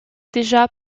déjà